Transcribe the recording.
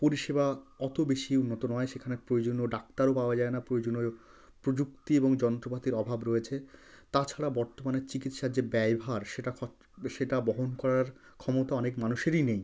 পরিষেবা অত বেশি উন্নত নয় সেখানে প্রয়োজনীয় ডাক্তারও পাওয়া যায় না প্রয়োজনীয় প্রযুক্তি এবং যন্ত্রপাতির অভাব রয়েছে তাছাড়া বর্তমানে চিকিৎসার যে ব্যয়ভার সেটা খর সেটা বহন করার ক্ষমতা অনেক মানুষেরই নেই